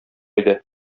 иде